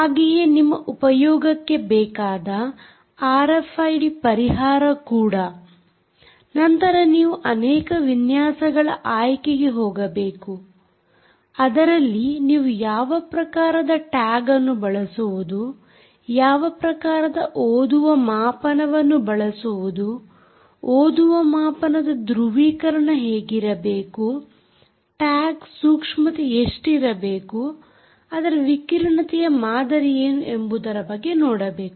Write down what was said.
ಹಾಗೆಯೇ ನಿಮ್ಮ ಉಪಯೋಗಕ್ಕೆ ಬೇಕಾದ ಆರ್ಎಫ್ಐಡಿ ಪರಿಹಾರ ಕೂಡ ನಂತರ ನೀವು ಅನೇಕ ವಿವಿಧ ವಿನ್ಯಾಸಗಳ ಆಯ್ಕೆಗೆ ಹೋಗಬೇಕು ಅದರಲ್ಲಿ ನೀವು ಯಾವ ಪ್ರಕಾರದ ಟ್ಯಾಗ್ ಅನ್ನು ಬಳಸುವುದು ಯಾವ ಪ್ರಕಾರದ ಓದುವ ಮಾಪನವನ್ನು ಬಳಸುವುದು ಓದುವ ಮಾಪನದ ಧ್ರುವೀಕರಣ ಹೇಗಿರಬೇಕು ಟ್ಯಾಗ್ ಸೂಕ್ಷ್ಮತೆ ಎಷ್ಟಿರಬೇಕು ಅದರ ವಿಕಿರಣತೆಯ ಮಾದರಿಯೇನು ಎಂಬುದರ ಬಗ್ಗೆ ನೋಡಬೇಕು